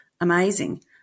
amazing